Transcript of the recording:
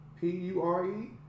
P-U-R-E